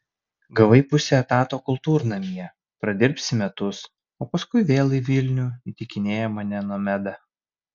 gavai pusę etato kultūrnamyje pradirbsi metus o paskui vėl į vilnių įtikinėja mane nomeda